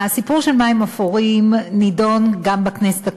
הסיפור של מים אפורים נדון גם בכנסת הקודמת,